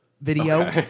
video